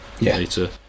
later